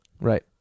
Right